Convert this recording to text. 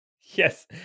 Yes